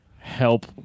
help